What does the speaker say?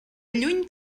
lluny